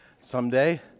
someday